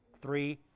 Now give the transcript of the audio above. Three